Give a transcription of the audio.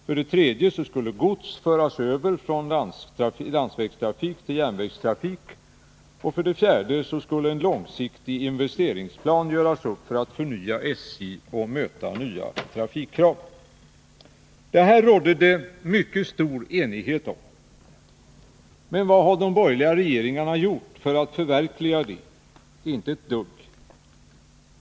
För det tredje skulle gods föras över från landsvägstrafik till järnvägstrafik. Och för det fjärde skulle en långsiktig investeringsplan göras upp för att förnya SJ och möta nya trafikkrav. Detta rådde det mycket stor enighet om. Men vad har de borgerliga regeringarna gjort för att förverkliga det? Inte ett dugg.